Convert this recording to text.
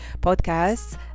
podcasts